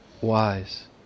wise